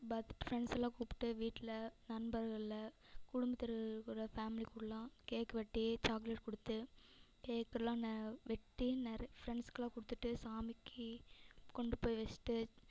birth friends எல்லாம் கூப்பிட்டு வீட்டில் நண்பர்களை குடும்பத்தினர் கூட ஃபேமிலி கூடயெலாம் கேக் வெட்டி சாக்லேட் கொடுத்து கேக் எல்லாம் ந வெட்டி நிறை ஃப்ரெண்ட்ஸ்க்கெலாம் கொடுத்துட்டு சாமிக்கு கொண்டு போய் வச்சுட்டு